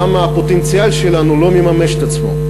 למה הפוטנציאל שלנו לא מממש את עצמו,